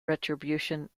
retribution